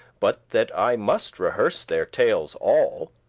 but that i must rehearse their tales all,